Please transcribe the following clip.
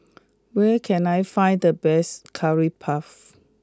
where can I find the best Curry Puff